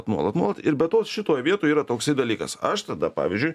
nuolat nuolat nuomoti ir be to šitoje vietoj yra toksai dalykas aš tada pavyzdžiui